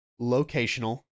locational